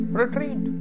retreat